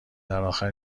درآخر